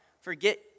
Forget